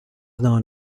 known